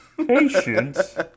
Patience